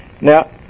now